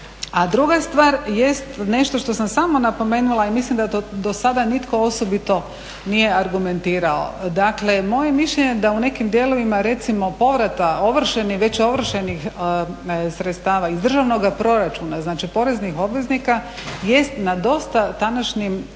A druga stvar jest nešto što sam samo napomenula i mislim da do sada nitko osobito nije argumentirao, dakle moje mišljenje je da u nekim dijelovima recimo povrata već ovršenih sredstava iz državnog proračuna, znači poreznih obveznika jest na dosta današnjim